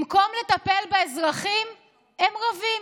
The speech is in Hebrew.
במקום לטפל באזרחים הם רבים.